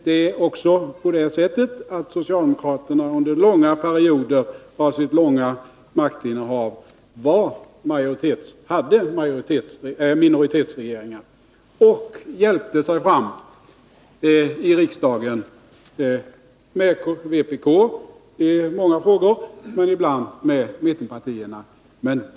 Det är också på det sättet att socialdemokraterna under långa perioder av sitt långa maktinnehav hade minoritetsregeringar och hjälpte sig fram i riksdagen genom stöd från vpk i många frågor men ibland med stöd av mittenpartierna.